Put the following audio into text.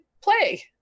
play